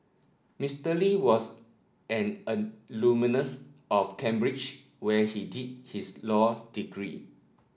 Mister Lee was an alumnus of Cambridge where he did his law degree